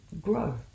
grow